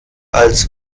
als